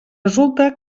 resulta